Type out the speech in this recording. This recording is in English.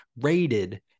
rated